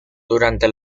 durante